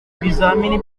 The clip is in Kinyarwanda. ibizamini